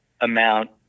amount